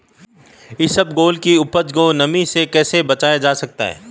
इसबगोल की उपज को नमी से कैसे बचाया जा सकता है?